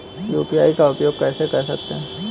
UPI का उपयोग कैसे कर सकते हैं?